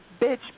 bitch